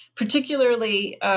Particularly